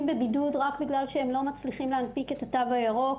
לבידוד רק בגלל שהם לא מצליחים להנפיק את התו הירוק.